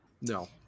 no